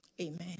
Amen